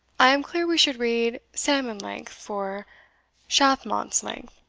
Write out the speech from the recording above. i am clear we should read salmon-length for shathmont's-length.